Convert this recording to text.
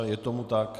Je tomu tak.